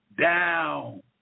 down